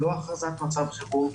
לא הכרזת מצב חירום,